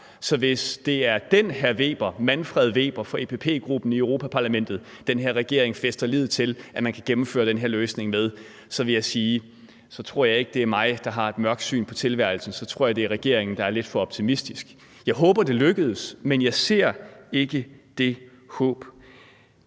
Så hvis det er den hr. Weber – Manfred Weber fra EPP-gruppen i Europa-Parlamentet – den her regering fæster lid til at man kan gennemføre den her løsning med, vil jeg sige, at så tror jeg ikke, det er mig, der har et mørkt syn på tilværelsen. Så tror jeg, det er regeringen, der er lidt for optimistisk. Jeg håber, det lykkes, men jeg ser ikke det håb.